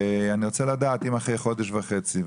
אחרי חודש וחצי,